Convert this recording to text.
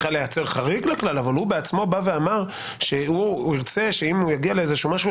לייצר חריג לכלל אבל הוא בעצמו אמר שירצה שאם יגיע למשהו,